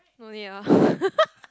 no need ah